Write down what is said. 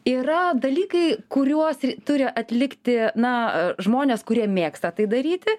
yra dalykai kuriuos turi atlikti na žmonės kurie mėgsta tai daryti